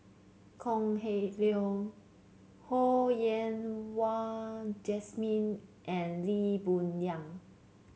Kok Heng Leun Ho Yen Wah Jesmine and Lee Boon Yang